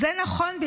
זה נכון,